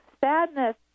sadness